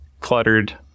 cluttered